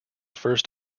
first